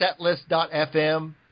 setlist.fm